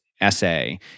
essay